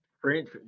French